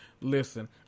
listen